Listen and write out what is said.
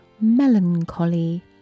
melancholy